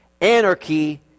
anarchy